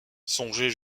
songer